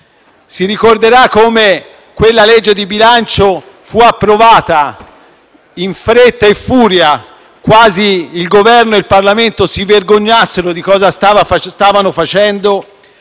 Lei ricorderà come quel disegno di legge di bilancio fu approvato in fretta e furia, quasi che il Governo e il Parlamento si vergognassero di cosa stavano facendo,